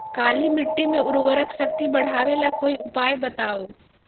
काली मिट्टी में उर्वरक शक्ति बढ़ावे ला कोई उपाय बताउ?